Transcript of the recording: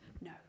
No